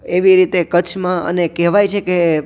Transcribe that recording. એવી રીતે કચ્છમાં અને કહેવાય છે કે